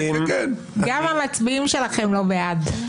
גם המצביעים שלכם לא בעד.